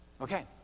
Okay